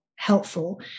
helpful